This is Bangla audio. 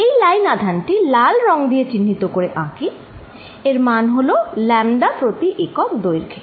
এই লাইন আধান টি লাল রং দিয়ে চিহ্নিত করে আঁকি এর মান হল λ প্রতি একক দৈর্ঘ্য